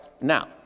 Now